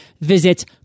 Visit